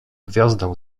gwiazdę